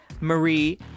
Marie